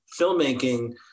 filmmaking